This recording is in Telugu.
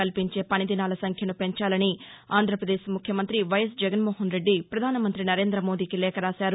కల్పించే పని దినాల సంఖ్యను పెంచాలని ఆంధ్రప్రదేశ్ ముఖ్యమంత్రి వైఎస్ జగన్మోహన్ రెడ్డి ప్రపధాన మంతి నరేంద మోదీకి లేఖ రాశారు